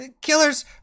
killers